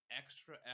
extra